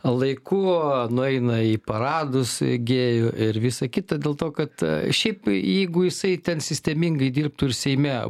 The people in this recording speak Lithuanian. laiku nueina į paradus gėjų ir visa kita dėl to kad šiaip jeigu jisai ten sistemingai dirbtų ir seime